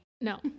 No